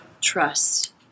trust